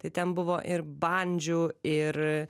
tai ten buvo ir bandžių ir